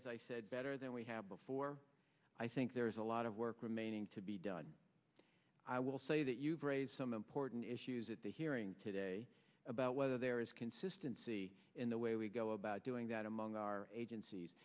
as i said better than we have before i think there is a lot of work remaining to be done i will say that you've raised some important issues at the hearing today about whether there is consistency in the way we go about doing that among our agencies